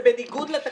זה בניגוד לתקנון,